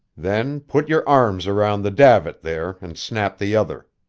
then put your arms around the davit, there, and snap the other.